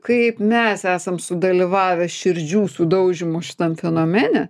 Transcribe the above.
kaip mes esam sudalyvavę širdžių sudaužymo šitam fenomene